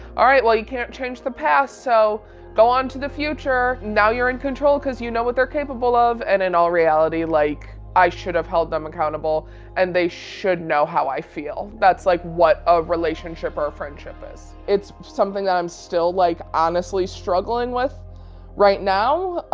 all right, well, you can't change the past. so go on to the future. now you're in control because you know what they're capable of, and in all reality, like i should have held them accountable and they should know how i feel. that's like what a relationship or friendship is. it's something that i'm still like honestly struggling with right now.